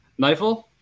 Knifel